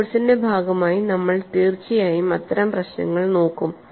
ഈ കോഴ്സിന്റെ ഭാഗമായി നമ്മൾ തീർച്ചയായും അത്തരം പ്രശ്നങ്ങൾ നോക്കും